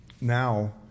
now